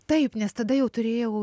taip nes tada jau turėjau